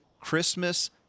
Christmas